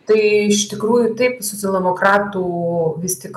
tai iš tikrųjų taip socialdemokratų vis tik